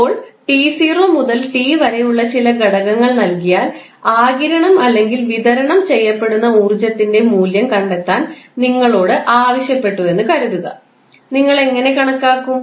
ഇപ്പോൾ 𝑡0 മുതൽ 𝑡 വരെ ഉള്ള ചില ഘടകങ്ങൾ നൽകിയാൽ ആഗിരണം അല്ലെങ്കിൽ വിതരണം ചെയ്യപ്പെടുന്ന ഊർജ്ജ ത്തിൻറെ മൂല്യം കണ്ടെത്താൻ നിങ്ങളോട് ആവശ്യപ്പെട്ടുവെന്ന് കരുതുക നിങ്ങൾ എങ്ങനെ കണക്കാക്കും